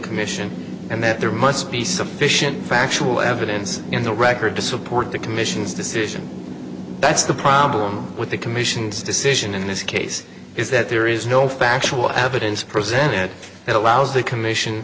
commission and that there must be submission factual evidence in the record to support the commission's decision that's the problem with the commission's decision in this case is that there is no factual evidence presented that allows the commission